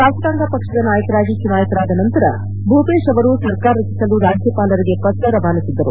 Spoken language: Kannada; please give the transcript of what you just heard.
ಶಾಸಕಾಂಗ ಪಕ್ಷದ ನಾಯಕರಾಗಿ ಚುನಾಯಿತರಾದ ನಂತರ ಭೂಪೇಶ್ ಅವರು ಸರ್ಕಾರ ರಚಿಸಲು ರಾಜ್ಯಪಾಲರಿಗೆ ಪತ್ರ ರವಾನಿಸಿದ್ದರು